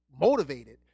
motivated